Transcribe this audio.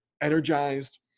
energized